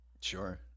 Sure